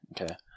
Okay